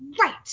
right